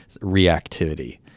reactivity